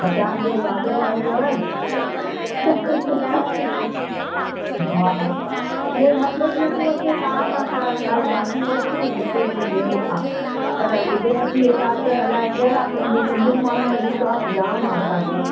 खटाण जो यादि कराई अथव हा अरे मज़ो ई नथो अचे तव्हांखां सवाइ काई भाॼियूं वरतियूं ॿ टे ॾींहं ॿियनि खां पर गुजराती हे त अचनि अलाइ कहिड़ा पंहिंजे सिंधीयुनि माण्हुनि में विश्वासु जाम आहे असांखे